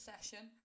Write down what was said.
session